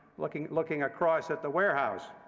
looking looking across at the warehouse.